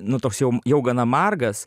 nu toks jau jau gana margas